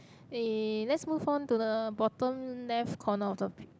eh let's move on to the bottom left corner of the